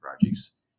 projects